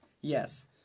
Yes